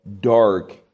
Dark